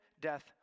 death